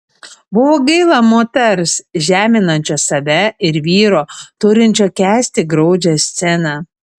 buvo gaila moters žeminančios save ir vyro turinčio kęsti graudžią sceną